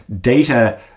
data